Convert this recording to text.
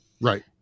Right